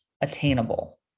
attainable